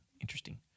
interesting